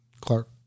Clark